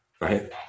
right